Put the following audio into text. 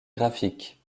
graphiques